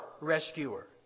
rescuer